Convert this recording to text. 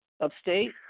upstate